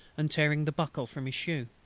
and tearing the buckle from his shoe.